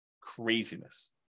Craziness